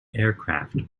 aircraft